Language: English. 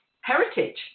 heritage